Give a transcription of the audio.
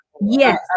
Yes